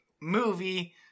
movie